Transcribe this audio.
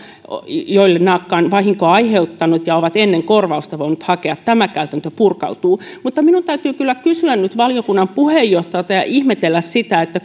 joille naakka on vahinkoa aiheuttanut ja jotka ovat ennen korvausta voineet hakea tämä käytäntö purkautuu mutta minun täytyy kyllä kysyä nyt valiokunnan puheenjohtajalta ja ihmetellä sitä